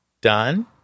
done